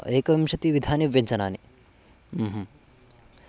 एकविंशतिः विधानि व्यञ्जनानि